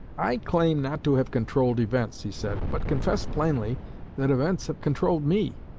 i claim not to have controlled events he said, but confess plainly that events have controlled me